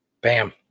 bam